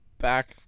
back